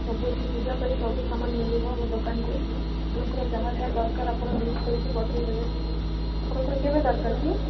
ସବୁ ଅଛି ପୂଜା ପାଇଁ ସବୁ ସାମାନ ମିଳିବ ଆମ ଦୋକାନକୁ ଆପଣଙ୍କର ଯାହା ଯାହା ଦରକାର ଆପଣ ଲିଷ୍ଟ କରିକି ପଠାଇ ଦେବେ ଆପଣଙ୍କର କେବେ ଦରକାର କି